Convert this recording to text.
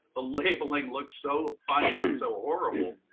the labeling looks so funny and so horrible,